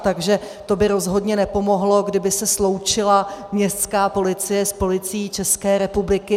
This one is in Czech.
Takže to by rozhodně nepomohlo, kdyby se sloučila městská policie s Policií České republiky.